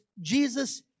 Jesus